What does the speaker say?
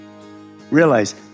Realize